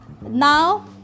Now